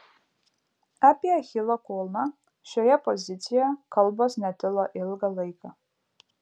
apie achilo kulną šioje pozicijoje kalbos netilo ilgą laiką